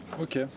Ok